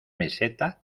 meseta